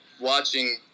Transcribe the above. watching